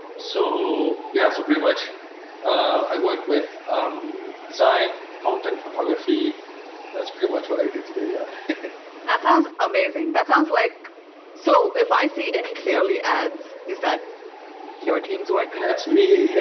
so yeah so pretty much i work with design content photography that's pretty much what i do today yeah that sounds amazing that sounds like so if i see any clearly ads is that your team's work and that's me yeah